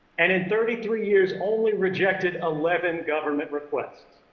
and in thirty three years only rejected eleven government requests.